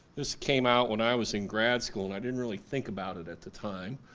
this came out when i was in grad school and i didn't really think about it at the time,